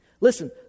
Listen